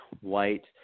white